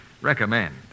recommend